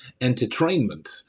entertainment